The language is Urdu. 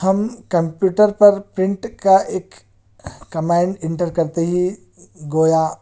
ہم کمپیوٹر پر پرنٹ کا ایک کمانڈ انٹر کرتے ہی گویا